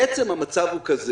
בעצם המצב הוא זה: